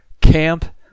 Camp